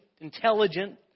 intelligent